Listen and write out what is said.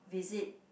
visit